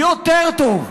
יותר טוב.